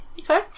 Okay